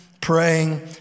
praying